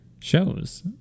Shows